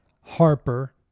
Harper